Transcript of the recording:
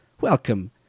welcome